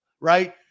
right